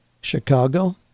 Chicago